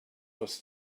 was